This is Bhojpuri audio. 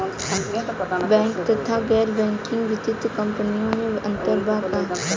बैंक तथा गैर बैंकिग वित्तीय कम्पनीयो मे अन्तर का बा?